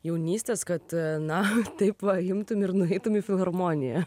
jaunystės kad na taip va imtum ir nueitum į filharmoniją